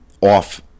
off